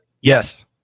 Yes